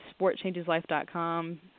sportchangeslife.com